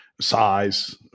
size